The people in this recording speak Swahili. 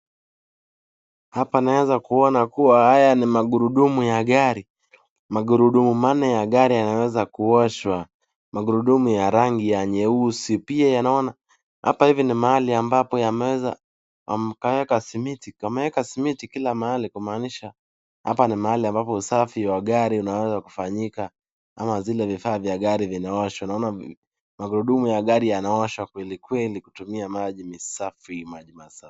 Hapa naweza kuona kuwa haya ni magurudumu ya gari, magurudumu manne ya gari yanaweza kuoshwa, magurudumu ya rangi ya nyeusi pia naona hapa hivi ni mahali ambapo yameweza wakaweka simiti ,wameweka simiti kila mahali kumanisha hapa ni mahali ambapo usafi wa gari yanaweza kufanyika ama zile vifaa vya gari vinaoshwa, naona magurudumu ya gari yanaoshwa kweli kweli kutumia maji masafi, maji masafi.